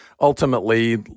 ultimately